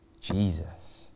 Jesus